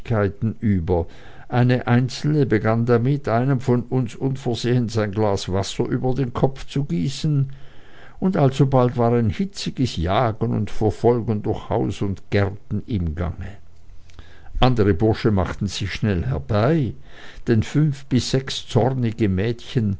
über eine einzelne begann damit einem von uns unversehens ein glas wasser über den kopf zu gießen und alsobald war ein hitziges jagen und verfolgen durch haus und gärten im gange andere bursche machten sich schnell herbei denn fünf bis sechs zornige mädchen